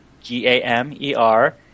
G-A-M-E-R